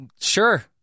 sure